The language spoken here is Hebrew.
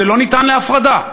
זה לא ניתן להפרדה.